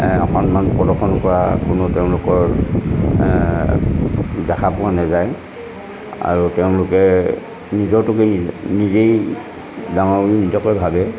সন্মান প্ৰদৰ্শন কৰা কোনো তেওঁলোকৰ দেখা পোৱা নাযায় আৰু তেওঁলোকে নিজৰটোকে নিজেই ডাঙৰ বুলি নিজকে ভাবে